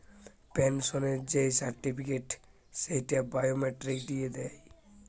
পেনসনের যেই সার্টিফিকেট, সেইটা বায়োমেট্রিক দিয়ে দেয়